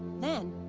then,